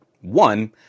One